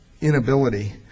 inability